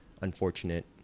unfortunate